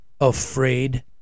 afraid